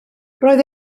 roedd